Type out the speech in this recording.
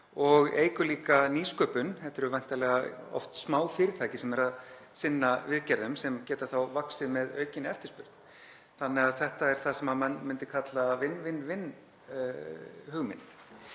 og eykur líka nýsköpun. Þetta eru væntanlega oft smáfyrirtæki sem eru að sinna viðgerðum sem geta þá vaxið með aukinni eftirspurn þannig að þetta er það sem menn myndu kalla „win-win-win“ hugmynd.